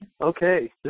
okay